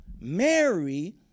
Mary